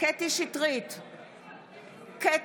קטי קטרין שטרית,